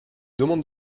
demande